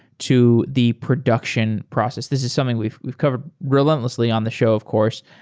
to the production process? this is something we've we've covered relentlessly on the show, of course.